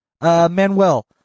Manuel